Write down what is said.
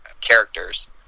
characters